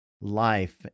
life